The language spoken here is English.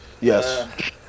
yes